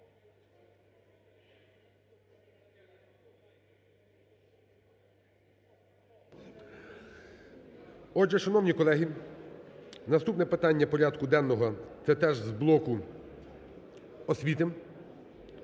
Отже, шановні колеги, наступне питання порядку денного – це теж з блоку освіти